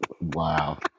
wow